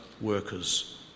workers